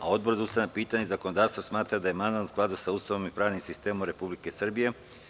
Odbor za ustavna pitanja i zakonodavstvo smatra da je amandman u skladu sa Ustavom i pravnim sistemom Republike Srbije.